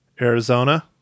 Arizona